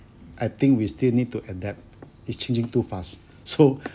I think we still need to adapt it's changing too fast so